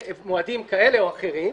מועדים כאלה או אחרים.